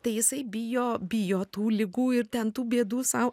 tai jisai bijo bijo tų ligų ir ten tų bėdų sau